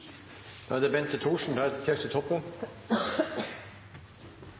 Da er det